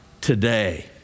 today